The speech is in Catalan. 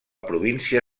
província